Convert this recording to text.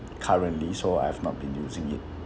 currently so I've not been using it